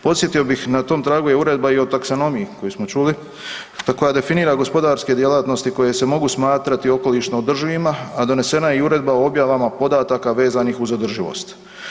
Podsjetio bih, na tom tragu je Uredba o taksanomiji, koju smo čuli, koja definira gospodarske djelatnosti koje se mogu smatrati okolišno održivima, a donesena je Uredba o objavama podataka vezanih za održivost.